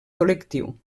col·lectiu